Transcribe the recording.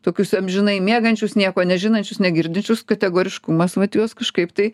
tokius amžinai miegančius nieko nežinančius negirdinčius kategoriškumas vat juos kažkaip tai